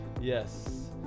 Yes